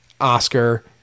Oscar